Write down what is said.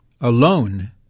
alone